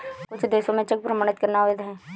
कुछ देशों में चेक प्रमाणित करना अवैध है